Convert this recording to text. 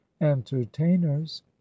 entertainers